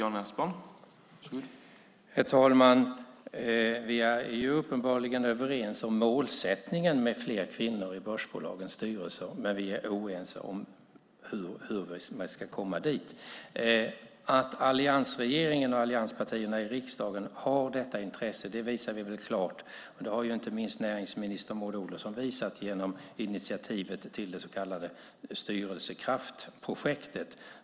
Herr talman! Vi är uppenbarligen överens om målsättningen med fler kvinnor i börsbolagens styrelser men oense om hur vi ska komma dit. Att alliansregeringen och allianspartierna i riksdagen har detta intresse visar vi väl klart. Det har inte minst näringsminister Maud Olofsson visat genom initiativet till det så kallade Styrelsekraftprojektet.